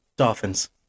Dolphins